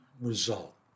result